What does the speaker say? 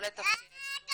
לא לתפקד.